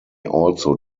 also